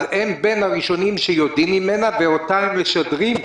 אז הם בין הראשונים שיודעים ממנה ואותה הם משדרים?